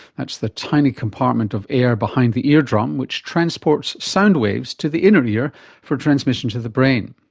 that's the tiny compartment of air behind the ear drum which transports sound waves to the inner ear for transmission to the brain.